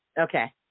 Okay